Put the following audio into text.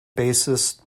bassist